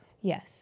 Yes